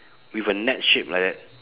with a net shape like that